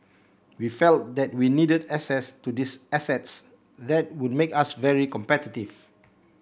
we felt that we needed access to these assets that would make us very competitive